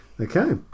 Okay